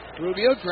Rubio